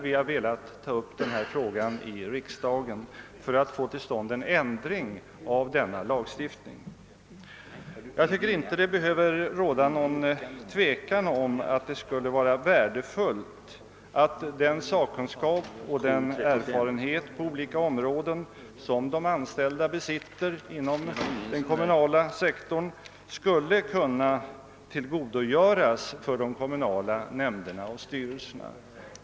Vi har velat ta upp frågan i riksdagen för att få till stånd en ändring av denna lagstiftning. Det behöver enligt min mening inte råda något tvivel om att det skulle vara värdefullt att den sakkunskap och erfarenhet på olika områden, som de anställda inom den kommunala sektorn besitter, skulle kunna tillgodogöras av de kommunala nämnderna och styrelserna.